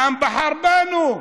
העם בחר בנו.